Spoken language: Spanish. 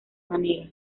maneras